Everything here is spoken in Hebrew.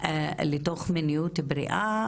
לתוך מיניות בריאה?